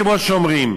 כמו שאומרים,